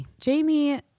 Jamie